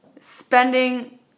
spending